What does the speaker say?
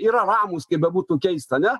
yra ramūs kaip bebūtų keista ane